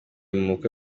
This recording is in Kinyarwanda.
mubukwe